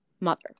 mother